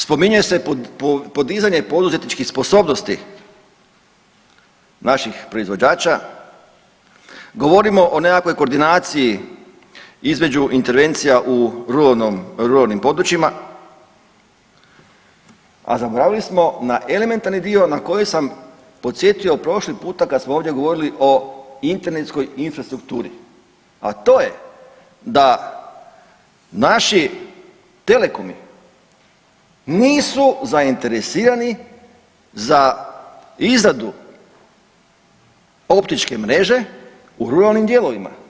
Spominje se podizanje poduzetničkih sposobnosti naših proizvođača, govorimo o nekakvoj koordinaciji između intervencija u ruralnim područjima, a zaboravili smo na elementarni dio na koji sam podsjetio prošli puta kad smo ovdje govorili o internetskoj infrastrukturi, a to je da naši telekomi nisu zainteresirani za izradu optičke mreže u ruralnim dijelovima.